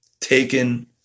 taken –